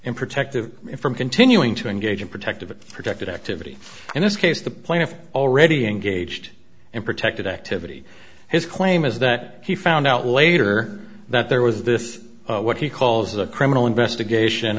in protective from continuing to engage in protective of protected activity in this case the plaintiff already engaged in protected activity his claim is that he found out later that there was this what he calls a criminal investigation